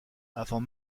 avant